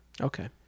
Okay